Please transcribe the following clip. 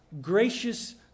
gracious